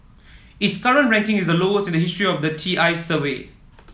its current ranking is the lowest in the history of TI's survey